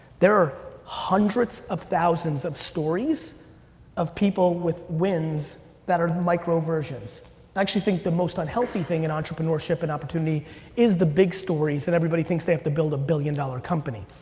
there are hundreds of thousands of stories of people with wins that are micro versions. i actually think the most unhealthy thing in entrepreneurship and opportunity is the big stories that everybody thinks they have to build a billion-dollar company.